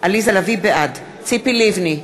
בעד ציפי לבני,